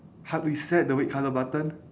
hard reset the red colour button